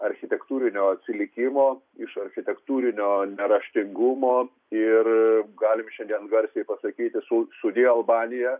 architektūrinio atsilikimo iš architektūrinio neraštingumo ir galim šiandien garsiai pasakyti sud sudiev albanija